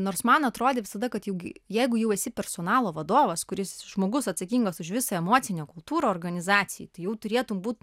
nors man atrodė visada kad ji gi jeigu jau esi personalo vadovas kuris žmogus atsakingas už visą emocinę kultūrą organizacijai tai jau turėtum būt